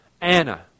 Anna